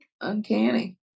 uncanny